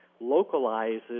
localizes